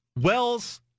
Wells